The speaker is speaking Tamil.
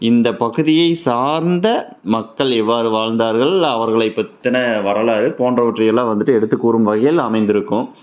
இந்த பகுதியை சார்ந்த மக்கள் எவ்வாறு வாழ்ந்தார்கள் அவர்களை பற்றின வரலாறு போன்றவற்றை எல்லாம் வந்துவிட்டு எடுத்து கூறும் வகையில் அமைந்திருக்கும்